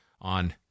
on